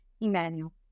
Emmanuel